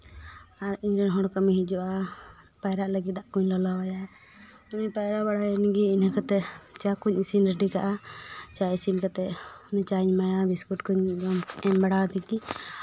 ᱟᱨ ᱤᱧ ᱨᱮᱱ ᱦᱚᱲ ᱠᱟᱹᱢᱤ ᱦᱤᱡᱩᱜᱼᱟ ᱯᱟᱭᱨᱟᱜ ᱞᱟᱹᱜᱤᱫ ᱫᱟᱜ ᱠᱚᱧ ᱞᱚᱞᱚ ᱟᱭᱟ ᱩᱱᱤ ᱯᱟᱭᱨᱟ ᱵᱟᱲᱟᱭᱮᱱ ᱜᱮ ᱤᱱᱟᱹ ᱠᱟᱛᱮ ᱪᱟ ᱠᱚᱹᱧ ᱤᱥᱤᱱ ᱨᱮᱰᱤ ᱠᱟᱜᱼᱟ ᱪᱟ ᱤᱥᱤᱱ ᱠᱟᱛᱮ ᱩᱱᱤ ᱪᱟᱧ ᱮᱢᱟᱭᱟ ᱪᱟ ᱵᱤᱥᱠᱩᱴ ᱠᱚᱹᱧ ᱮᱢ ᱵᱟᱲᱟ ᱫᱮ ᱜᱮ